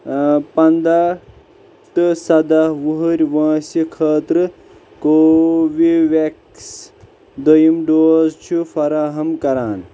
ٲں پَنٛدہ تہٕ سَداہ وُہرۍ وٲنسہِ خٲطرٕ کوٚوِ ویٚکٕس دوٚیِم ڈوز چھِ فراہم کَران